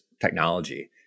technology